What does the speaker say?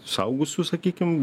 suaugusių sakykim